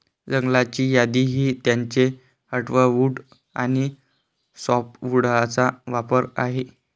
जंगलाची यादी ही त्याचे हर्टवुड आणि सॅपवुडचा प्रकार आहे